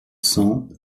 cents